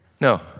no